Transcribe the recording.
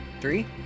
Three